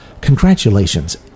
Congratulations